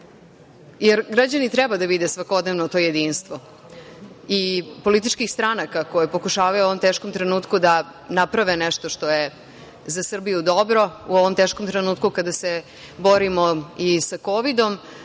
jer građani treba da vide svakodnevno to jedinstvo političkih stranaka koje pokušavaju u ovom teškom trenutku da naprave nešto što je za Srbiju dobro, u ovom teškom trenutku kada se borimo i sa kovidom,